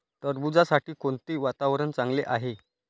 टरबूजासाठी कोणते वातावरण चांगले आहे?